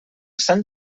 sant